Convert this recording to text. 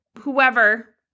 whoever